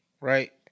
right